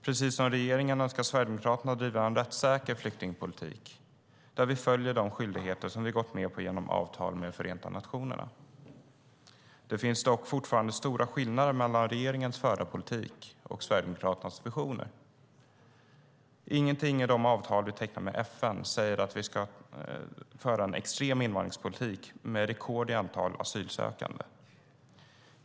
Precis som regeringen önskar Sverigedemokraterna driva en rättssäker flyktingpolitik där vi följer de skyldigheter som vi gått med på genom avtal med Förenta nationerna. Men det finns stora skillnader mellan regeringens förda politik och Sverigedemokraternas visioner. Ingenting i de avtal vi tecknat med FN säger att vi ska föra en extrem invandringspolitik med rekord i antal asylsökande.